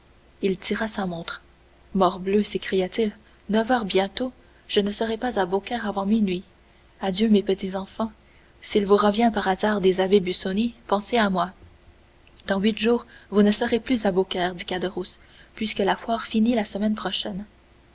il tira sa montre morbleu s'écria-t-il neuf heures bientôt je ne serai pas à beaucaire avant minuit adieu mes petits enfants s'il vous revient par hasard des abbés busoni pensez à moi dans huit jours vous ne serez plus à beaucaire dit caderousse puisque la foire finit la semaine prochaine